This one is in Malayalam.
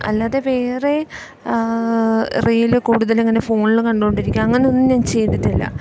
അല്ലാതെ വേറെ റീല് കൂടുതലങ്ങനെ ഫോണില് കണ്ടുകൊണ്ടിരിക്കുക അങ്ങനൊന്നും ഞാൻ ചെയ്തിട്ടില്ല